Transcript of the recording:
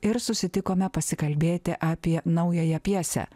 ir susitikome pasikalbėti apie naująją pjesę